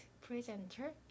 presenter